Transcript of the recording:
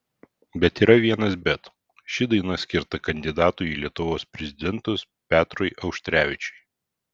bet yra vienas bet ši daina skirta kandidatui į lietuvos prezidentus petrui auštrevičiui